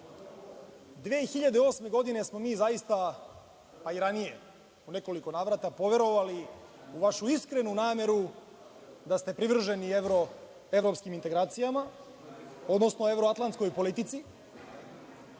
2008. godine smo mi zaista, pa i ranije u nekoliko navrata, poverovali u vašu iskrenu nameru da ste privrženi evropskim integracijama, odnosno evroatlantskoj politici.